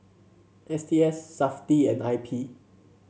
S T S Safti and I P